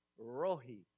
Rohi